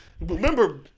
Remember